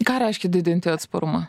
ką reiškia didinti atsparumą